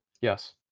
Yes